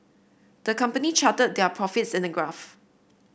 the company charted their profits in a graph